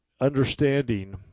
understanding